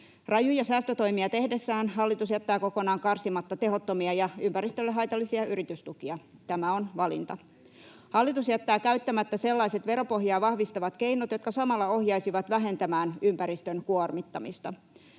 Rajuja säästötoimia tehdessään hallitus jättää kokonaan karsimatta tehottomia ja ympäristölle haitallisia yritystukia. Tämä on valinta. Hallitus jättää käyttämättä sellaiset veropohjaa vahvistavat keinot, jotka samalla ohjaisivat vähentämään ympäristön kuormittamista.